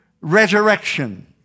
resurrection